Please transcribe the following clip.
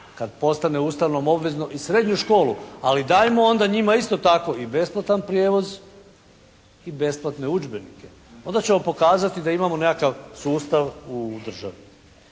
kad postane Ustavom obvezno i srednju školu. Ali dajmo onda njima isto tako i besplatan prijevoz i besplatne udžbenike. Onda ćemo pokazati da ćemo imati nekakav sustav u državi.